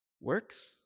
works